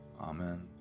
Amen